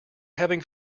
having